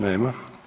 Nema.